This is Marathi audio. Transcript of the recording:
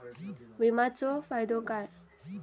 विमाचो फायदो काय?